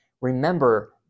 remember